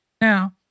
Now